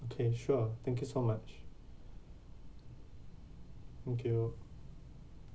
okay sure thank you so much okay oh